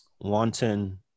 wanton